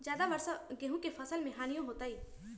ज्यादा वर्षा गेंहू के फसल मे हानियों होतेई?